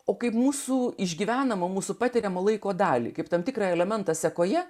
o kaip mūsų išgyvenama mūsų patiriamo laiko dalį kaip tam tikrą elementą sekoje